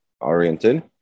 oriented